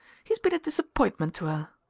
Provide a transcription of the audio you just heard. he's been a disappointment to her.